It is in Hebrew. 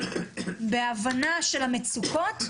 בהבנה של המצוקות,